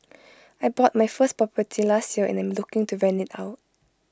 I bought my first property last year and I am looking to rent IT out